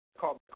Call